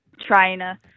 trainer